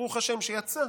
ברוך השם שיצא,